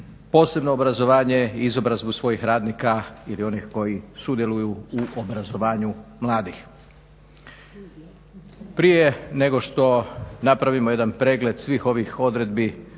posebno obrazovanje i izobrazbu svojih radnika ili onih koji sudjeluju u obrazovanju mladih. Prije nego što napravimo jedan pregled svih ovih odredbi